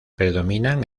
predominan